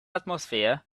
atmosphere